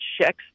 checks